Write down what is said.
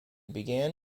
began